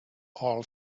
all